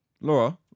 Laura